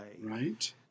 Right